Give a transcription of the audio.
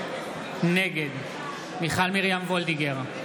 נגד מיכל מרים וולדיגר,